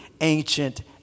ancient